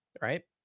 Right